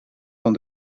van